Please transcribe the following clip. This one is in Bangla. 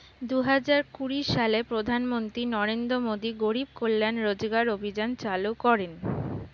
দুহাজার কুড়ি সালে প্রধানমন্ত্রী নরেন্দ্র মোদী গরিব কল্যাণ রোজগার অভিযান চালু করেন